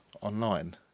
online